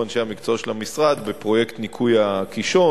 אנשי המקצוע של המשרד בפרויקט ניקוי הקישון,